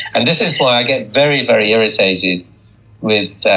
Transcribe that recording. and this is why i get very very irritated with,